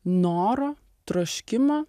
noro troškimo